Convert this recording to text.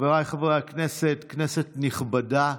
חבריי חברי הכנסת, כנסת נכבדה,